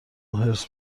حرص